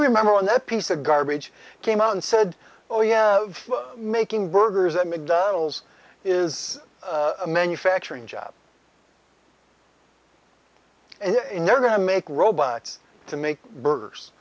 remember in that piece of garbage came out and said oh yeah making burgers at mcdonald's is a manufacturing job and they're going to make robots to make burgers